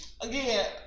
again